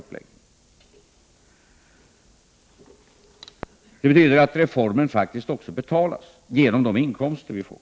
Detta betyder att reformen faktiskt betalas genom de inkomster som vi får.